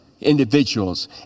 individuals